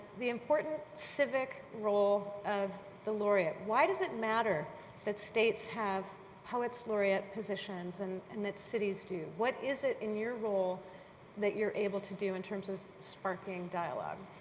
the important civic role of the laureate. why does it matter that states have poets laureate positions and and that cities do. what is it in your role that you're able to do in terms of sparking dialogue.